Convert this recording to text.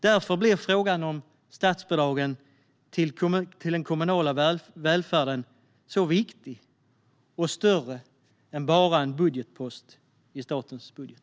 Därför blir frågan om statsbidragen till den kommunala välfärden så viktig och större än bara en post i statens budget.